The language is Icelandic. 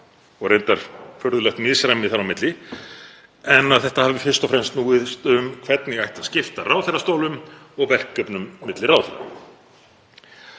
og reyndar er furðulegt misræmi þar á milli, en að það hafi fyrst og fremst snúist um hvernig ætti að skipta ráðherrastólum og verkefnum á milli ráðherra.